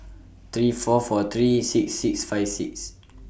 three four four three six six five six